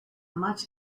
much